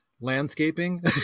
Landscaping